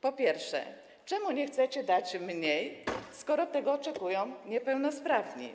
Po pierwsze, czemu nie chcecie dać mniej, skoro tego oczekują niepełnosprawni?